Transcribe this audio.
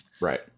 right